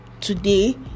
today